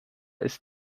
ist